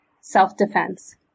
Self-Defense